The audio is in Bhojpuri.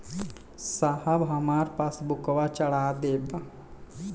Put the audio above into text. साहब हमार पासबुकवा चढ़ा देब?